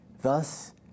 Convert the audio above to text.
Thus